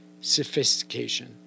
sophistication